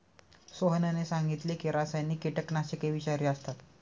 सोहनने सांगितले की रासायनिक कीटकनाशके विषारी असतात